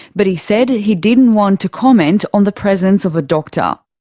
but he said he didn't want to comment on the presence of a doctor.